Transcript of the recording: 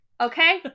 okay